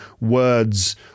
words